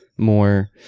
More